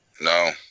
No